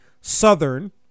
Southern